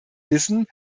wissen